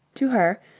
to her,